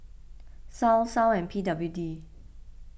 Sal Sal and P W D